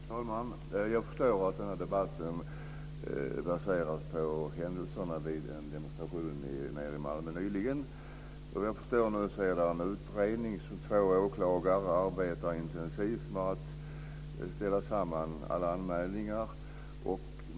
Fru talman! Jag förstår att denna debatt baseras på händelserna vid en demonstration nere i Malmö nyligen. Såvitt jag förstår finns det en utredning där två åklagare arbetar intensivt med att ställa samman alla anmälningar.